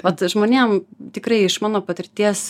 vat žmonėms tikrai iš mano patirties